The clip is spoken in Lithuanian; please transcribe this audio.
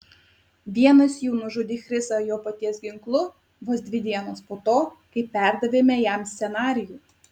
vienas jų nužudė chrisą jo paties ginklu vos dvi dienos po to kai perdavėme jam scenarijų